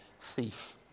thief